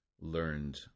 learned